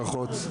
ברכות.